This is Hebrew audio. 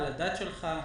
לא מדויק בלשון המעטה,